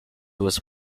was